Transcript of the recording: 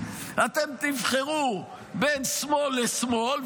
אתם תבחרו בין שמאל לשמאל,